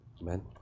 Amen